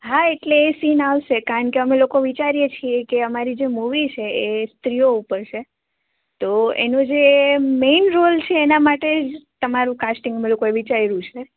હા એટલે એ સીન આવશે કારણકે અમે લોકો વિચારીએ છે કે અમારી જે મૂવી છે એ સ્ત્રીઓ ઉપર છે તોએનું જે મેઈન રોલ છે એના માટે જ તમારું કાસ્ટિંગ અમે લોકો એ વિચાર્યું છે